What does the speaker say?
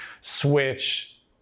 Switch